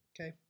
okay